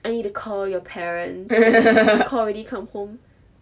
I need to call your parents call already come home